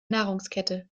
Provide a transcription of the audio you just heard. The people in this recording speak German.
nahrungskette